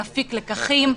נפיק לקחים,